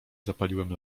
zapaliłem